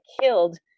killed